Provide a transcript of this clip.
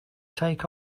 take